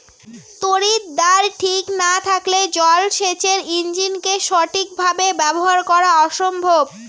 তড়িৎদ্বার ঠিক না থাকলে জল সেচের ইণ্জিনকে সঠিক ভাবে ব্যবহার করা অসম্ভব